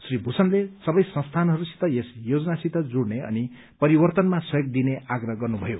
श्री भूषणले सबै संस्थानहरूसित यस योजनासित जुड़ने अनि परिवर्तनमा सहयोग दिने आग्रह गर्नुभयो